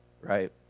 right